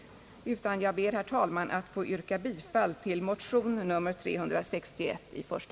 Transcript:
Jag ber därför, herr talman, att få yrka bifall till motionen I: 361.